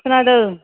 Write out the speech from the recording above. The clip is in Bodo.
खोनादों